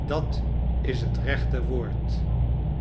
dat is het rechte woord